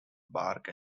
bark